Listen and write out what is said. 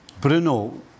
Bruno